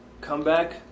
comeback